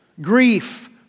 grief